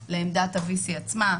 יום בין 1,200 ל-1,700 אסירים מועברים.